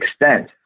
extent